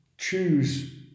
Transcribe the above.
choose